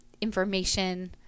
information